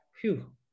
Phew